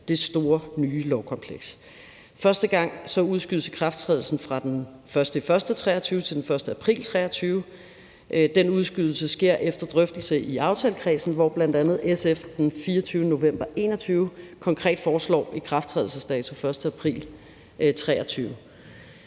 det store nye lovkompleks. Første gang udskydes ikrafttrædelsen fra den 1. januar 2023 til den 1. april 2023. Den udskydelse sker efter drøftelse i aftalekredsen, hvor bl.a. SF den 24. november 2021 konkret foreslog ikrafttrædelsesdato den 1.